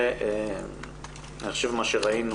זה מה שראינו,